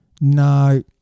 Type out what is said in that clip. no